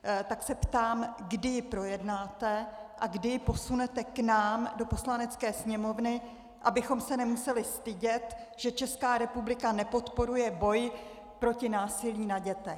Tak se ptám, kdy ji projednáte a kdy ji posunete k nám do Poslanecké sněmovny, abychom se nemuseli stydět, že Česká republika nepodporuje boj proti násilí na dětech.